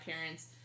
parents